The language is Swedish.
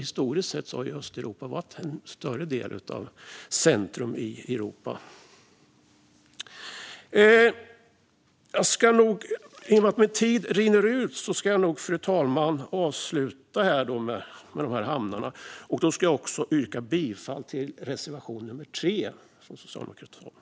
Historiskt sett har Östeuropa varit en större del av centrum i Europa. Jag ser att min talartid rinner ut. Jag avslutar med vad jag sagt om hamnarna, fru talman. Jag yrkar bifall till reservation nummer 3 från Socialdemokraterna.